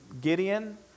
Gideon